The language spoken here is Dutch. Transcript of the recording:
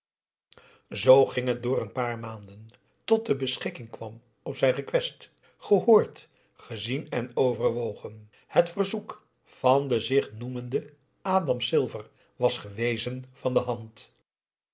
door een paar maanden tot de beschikking kwam op zijn request gehoord gezien en overwogen het verzoek van den zich noemenden adam silver was gewezen van de hand